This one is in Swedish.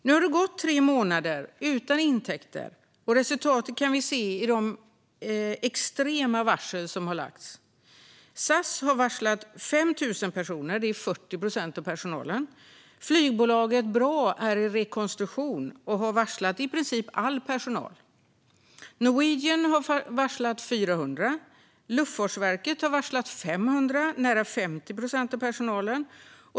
Nu har det gått tre månader utan intäkter, och resultatet kan vi se i de extrema varsel som lagts. SAS har varslat 5 000 personer, 40 procent av personalen. Flygbolaget Bra är i rekonstruktion och har varslat i princip all personal. Norwegian har varslat 400. Luftfartsverket har varslat 500, nära 50 procent av personalen.